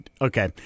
Okay